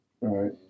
right